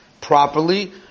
properly